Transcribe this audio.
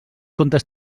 contes